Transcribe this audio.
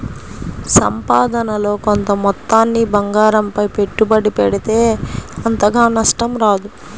సంపాదనలో కొంత మొత్తాన్ని బంగారంపై పెట్టుబడి పెడితే అంతగా నష్టం రాదు